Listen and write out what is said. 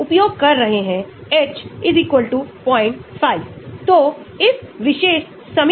निम्नलिखित मानदंडों को पूरा करने के लिए सबस्टिट्यूट को चुना जाना चाहिए